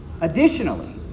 Additionally